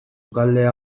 sukaldea